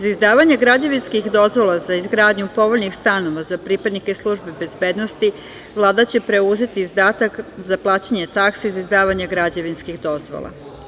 Za izdavanje građevinskih dozvola za izgradnju povoljnih stanova za pripadnike službe bezbednosti Vlada će preuzeti izdatak za plaćanje taksi za izdavanje građevinskih dozvola.